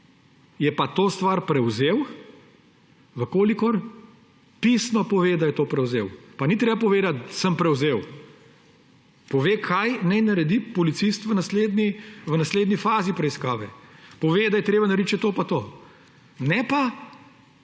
je pa to stvar prevzel, če pisno pove, da je to prevzel. Pa ni treba povedati sem prevzel. Pove naj, kaj naj naredi policist v naslednji fazi preiskave, da je treba narediti še to pa to. Ne pa,